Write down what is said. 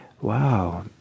wow